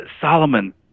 Solomon